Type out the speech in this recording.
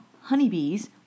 honeybees